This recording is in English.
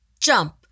jump